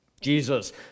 Jesus